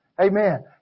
Amen